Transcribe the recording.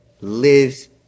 lives